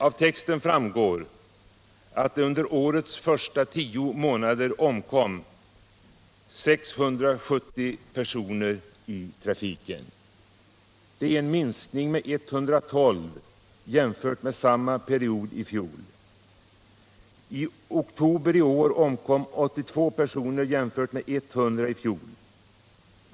Av texten framgår att under årets första tio månader 670 personer omkom i trafiken. Det är en minskning med 112 jämfört med samma period i fjol. I oktober i år omkom 82 personer jämfört med 100 i fjol.